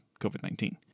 COVID-19